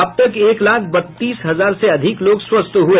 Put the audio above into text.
अब तक एक लाख बत्तीस हजार से अधिक लोग स्वस्थ हुए